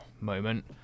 moment